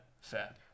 fair